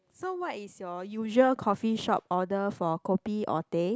so what is your usual coffee shop order for Kopi or Teh